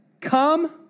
Come